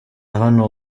hano